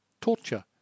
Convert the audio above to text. torture